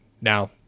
Now